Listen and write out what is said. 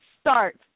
start